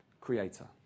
Creator